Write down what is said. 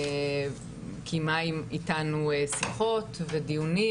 קיימה איתנו שיחות ודיונים